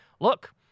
look